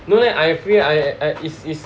no leh I agree I I is it's